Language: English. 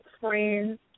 friends